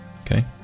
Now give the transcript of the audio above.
Okay